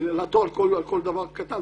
לעתור על כל דבר קטן,